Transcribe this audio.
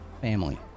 family